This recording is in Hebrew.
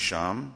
אתה